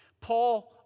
Paul